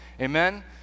Amen